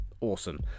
Awesome